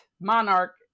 monarch